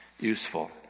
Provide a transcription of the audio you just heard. Useful